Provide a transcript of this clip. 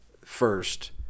first